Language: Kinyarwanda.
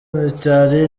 mitali